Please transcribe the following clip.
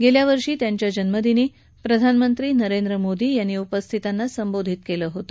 गेल्या वर्षी त्यांच्या जन्मदिनी प्रधानमंत्री नरेंद्र मोदी यांनी उपस्थितांना संबोधित केले होते